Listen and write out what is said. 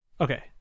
Okay